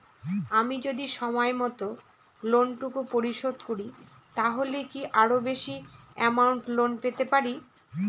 আমি যদি সময় মত লোন টুকু পরিশোধ করি তাহলে কি আরো বেশি আমৌন্ট লোন পেতে পাড়ি?